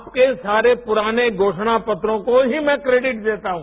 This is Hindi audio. आपके सारे पुराने घोषणपत्रों को ही मैं क्रैडिट देता हूं